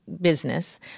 business